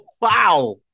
Wow